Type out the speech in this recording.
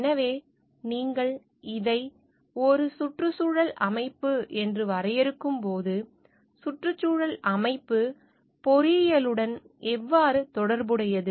எனவே நீங்கள் இதை ஒரு சுற்றுச்சூழல் அமைப்பு என்று வரையறுக்கும்போது சுற்றுச்சூழல் அமைப்பு பொறியியலுடன் எவ்வாறு தொடர்புடையது